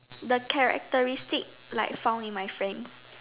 the characteristic like found in my friend